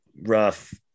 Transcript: rough